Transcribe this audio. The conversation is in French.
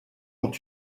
ont